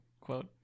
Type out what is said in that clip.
quote